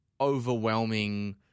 overwhelming